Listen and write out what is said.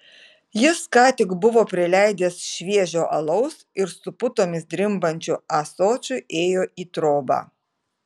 jis ką tik buvo prileidęs šviežio alaus ir su putomis drimbančiu ąsočiu ėjo į trobą